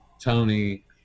Tony